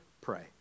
pray